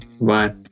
Bye